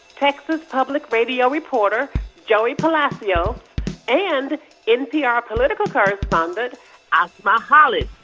texas public radio reporter joey palacios and npr political correspondent asma khalid.